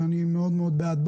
אני בעד.